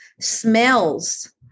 smells